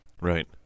Right